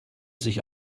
sich